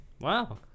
Wow